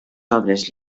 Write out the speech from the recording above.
obres